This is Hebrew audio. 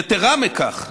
יתרה מזו,